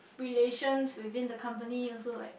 relations within the company also like